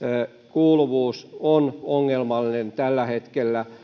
kuuluvuus on ongelmallinen tällä hetkellä